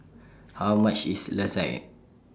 How much IS Lasagne